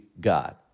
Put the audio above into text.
God